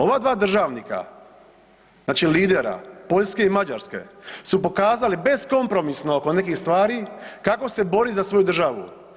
Ova dva državnika, znači lidera Poljske i Mađarske su pokazali beskompromisno oko nekih stvari kako se bori za svoju državu.